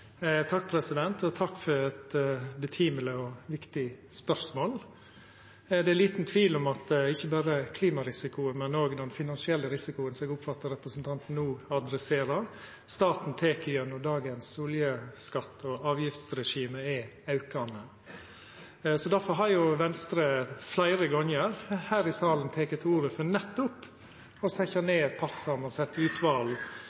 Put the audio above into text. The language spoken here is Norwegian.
Takk for eit høveleg og viktig spørsmål. Det er liten tvil om at ikkje berre klimarisikoen, men også den finansielle risikoen – som eg oppfattar representanten no adresserer – staten tek gjennom dagens olje-, skatte- og avgiftsregime, er aukande. Difor har Venstre fleire gonger her i salen teke til orde for nettopp å setja ned eit partssamansett utval som skal gå igjennom dagens skatte- og